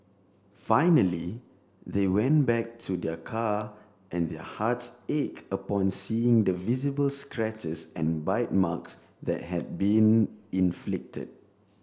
finally they went back to their car and their hearts ach upon seeing the visible scratches and bite marks that had been inflicted